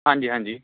ਹਾਂਜੀ ਹਾਂਜੀ